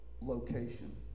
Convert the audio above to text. location